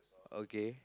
okay